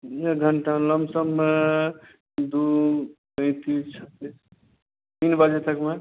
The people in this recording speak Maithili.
एक घण्टा लमसममे दू पैंतीस होइ छै तीन बजे तकमे